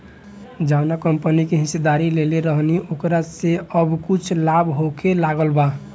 जावना कंपनी के हिस्सेदारी लेले रहनी ओकरा से अब कुछ लाभ होखे लागल बा